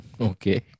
Okay